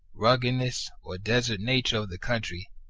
ruggedness, or desert nature of the country,